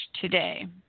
today